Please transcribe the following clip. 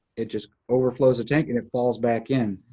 it just overflows the tank, and it falls back in.